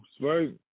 right